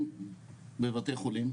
איזה בית חולים,